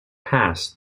pass